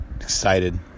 Excited